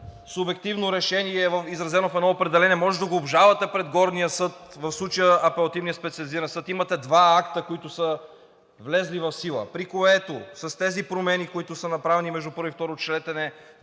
субективно решение, изразено в едно определение, може да го обжалвате пред горния съд, в случая Апелативния специализиран съд. Имате два акта, които са влезли в сила, при което с тези промени, които са направени между първо и второ четене,